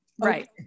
Right